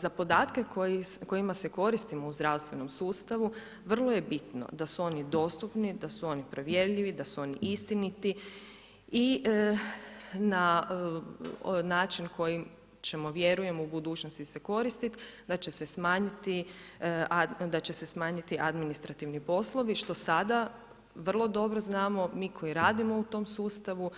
Za podatke kojima se koristimo u zdravstvenom sustavu, vrlo je bitno da su oni dostupni, da su oni provjerljivi, da su oni istiniti i na način koji ćemo vjerujem u budućnosti se koristiti, da će se smanjiti administrativni poslovi što sada vrlo dobro znamo mi koji radimo u tom sustavu